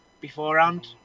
beforehand